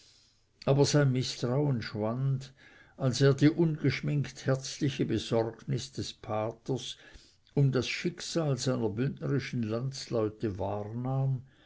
aber sein mißtrauen schwand als er die ungeschminkt herzliche besorgnis des paters um das schicksal seiner bündnerischen landsleute